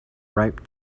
ripe